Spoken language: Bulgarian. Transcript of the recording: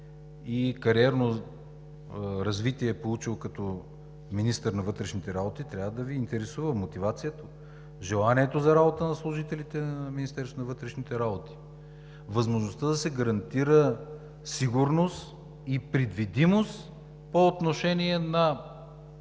и кариерно развитие, като министър на вътрешните работи трябва да Ви интересува мотивацията, желанието за работа на служителите на Министерството на вътрешните работи, възможността да се гарантира сигурност и предвидимост по отношение на